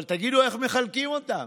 אבל תגידו איך מחלקים אותם.